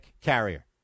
carrier